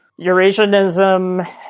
eurasianism